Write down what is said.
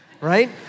right